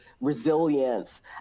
resilience